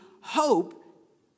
hope